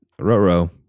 Roro